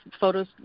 photos